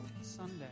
Sunday